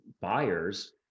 buyers